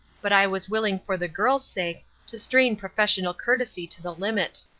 but i was willing for the girl's sake to strain professional courtesy to the limit.